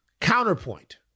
Counterpoint